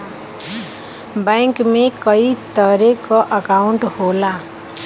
bank में कई तरे क अंकाउट होला